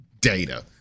data